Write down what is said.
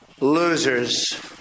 Losers